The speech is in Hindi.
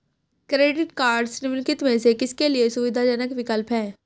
क्रेडिट कार्डस निम्नलिखित में से किसके लिए सुविधाजनक विकल्प हैं?